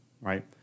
Right